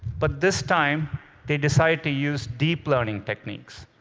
but this time they decide to use deep learning techniques.